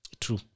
True